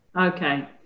Okay